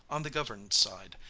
on the governed side,